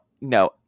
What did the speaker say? no